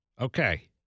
Okay